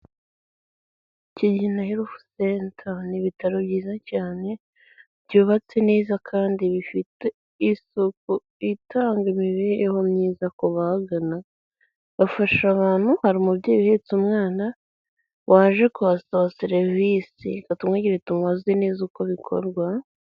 Kigina herifu seta, ni ibitaro byiza cyane byubatse neza kandi bifite isuku itanga imibereho myiza ku bahagana bafasha abantu hari umubyeyi uhetse umwana waje kuhasaba serivisi reka tumwegere tumuze neza uko bikorwa.